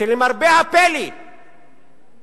שלמרבה הפלא מהגרים